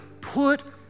put